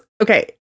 okay